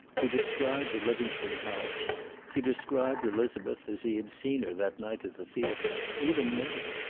he described the livingstone house he described elizabeth as he had seen her that night at the theater. even minnie.